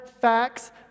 facts